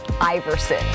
Iverson